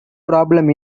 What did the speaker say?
problem